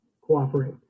cooperate